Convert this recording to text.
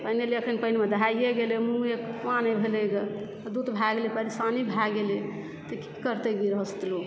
मानि लिए अखन पानि मे दहाईए गेलै मूँगे पानिये भेलै ग दूत भए गलै परेशानी भए गेलै तऽ की करतै गृहस्थ लोग